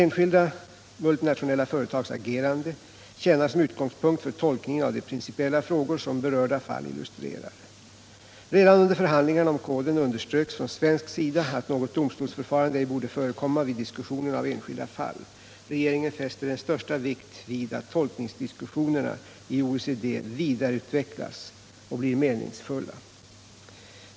Enskilda multinationella företags agerande tjänar som utgångspunkt för tolkning av de principiella frågor som berörda fall illustrerar. Redan under förhandlingarna om koden underströks från svensk sida att något domstolsförfarande ej borde förekomma vid diskussionen av enskilda fall. Regeringen fäster den största vikt vid att tolkningsdiskussionerna i OECD vidareutvecklas och blir meningsfulla.